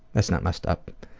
that's not messed up,